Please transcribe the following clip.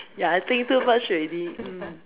ya I think too much already mm